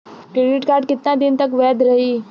Credit card कितना दिन तक वैध रही?